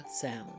sound